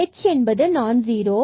h என்பது நான் zero